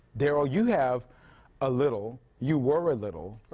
darrell, you have a little, you were a little,